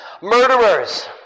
Murderers